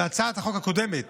בהצעת החוק הקודמת